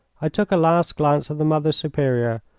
i took a last glance at the mother superior,